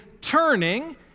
turning